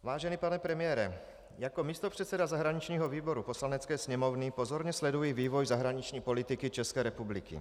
Vážený pane premiére, jako místopředseda zahraničního výboru Poslanecké sněmovny pozorně sleduji vývoj zahraniční politiky České republiky.